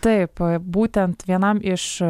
taip būtent vienam iš